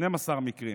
12 מקרים,